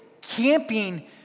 camping